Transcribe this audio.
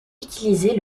utilisé